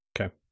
Okay